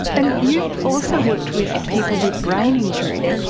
and you've also worked with people with brain injury,